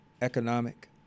economic